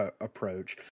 approach